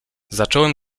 zacząłem